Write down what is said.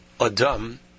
adam